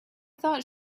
thought